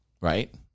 Right